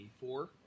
four